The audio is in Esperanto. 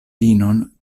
vinon